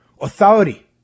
authority